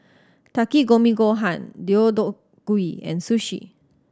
Takikomi Gohan Deodeok Gui and Sushi